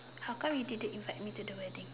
how come you didn't invite me to the wedding